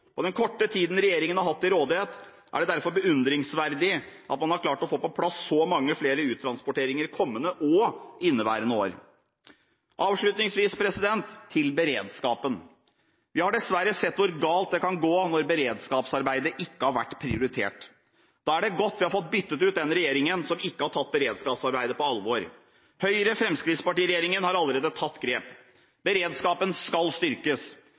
den korte tiden regjeringen har hatt til rådighet er det derfor beundringsverdig at man har klart å få på plass så mange flere uttransporteringer kommende og inneværende år. Avslutningsvis: Når det gjelder beredskapen, har vi dessverre sett hvor galt det kan gå når beredskapsarbeidet ikke har vært prioritert. Da er det godt at vi har fått byttet ut den regjeringen som ikke har tatt beredskapsarbeidet på alvor. Høyre–Fremskrittsparti-regjeringen har allerede tatt grep. Beredskapen skal styrkes.